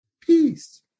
Peace